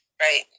right